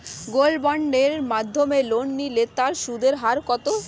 Gold বন্ডের মাধ্যমে loan নিলে তার সুদের হার কত?